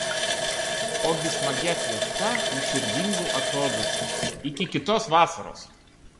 ogi smagia fiesta ir širdingu atodūsiu iki kitos vasaros